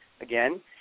again